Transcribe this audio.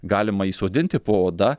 galima įsodinti po oda